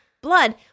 blood